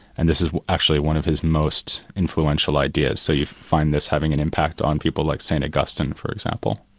and this is actually one of his most influential ideas, so you find this having an impact on people like st augustine for example.